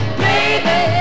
baby